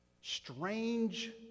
strange